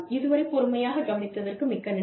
இதுவரை பொறுமையாக கவனித்ததற்கு மிக்க நன்றி